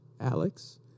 Alex